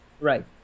Right